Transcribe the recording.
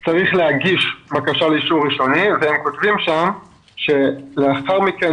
אז צריך להגיש בקשה לאישור ראשוני והם כותבים שם שלאחר מכן